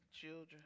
children